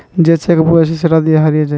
যে চেক বই আছে সেটা যদি হারিয়ে যায়